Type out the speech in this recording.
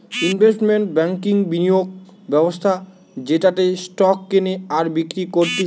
investment ব্যাংকিংবিনিয়োগ ব্যবস্থা যেটাতে স্টক কেনে আর বিক্রি করতিছে